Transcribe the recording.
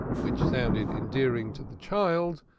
which sounded endearing to the child,